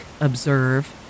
observe